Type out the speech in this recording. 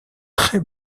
très